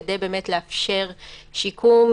כדי לאפשר שיקום,